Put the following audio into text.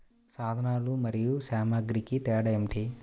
సాధనాలు మరియు సామాగ్రికి తేడా ఏమిటి?